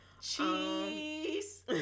cheese